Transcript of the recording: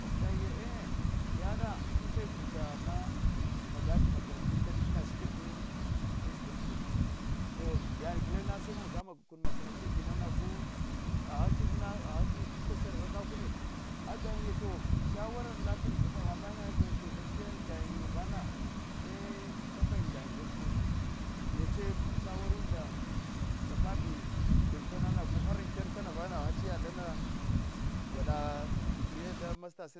Aga dayinye e e yada susai vutana magebi makeratu tiddib nashikibun tadzivla to yada gulenye se maga maga kunta makaranta gina nagh aghach aghach mna guthksarra kakune aga dayinye to shawarana lakegh ch damghga mayin agayin ganaiya dayinna vana neche shawarunda tapabi thinta na har ankena kana vhina aghache yadama dulada degree da masfans